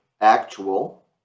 actual